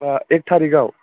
होनबा एक टारिकाव